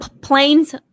planes